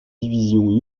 division